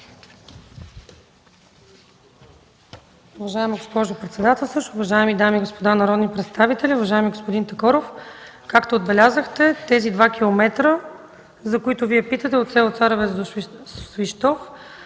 Уважаема госпожо председателстващ. Уважаеми дами и господа народни представители! Уважаеми господин Такоров, както отбелязахте, двата километра, за които питате – от село Царевец до Свищов,